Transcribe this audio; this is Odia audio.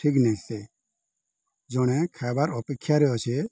ଠିକ୍ ନିଶ୍ଚେ ଜଣେ ଖାଇବାର୍ ଅପେକ୍ଷାରେ ଅଛେ